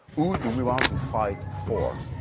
who do we want to fight for?